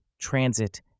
transit